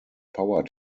power